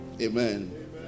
amen